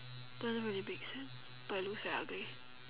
doesn't really make sense but it looks very ugly